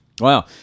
Wow